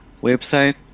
website